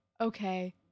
okay